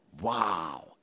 Wow